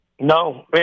No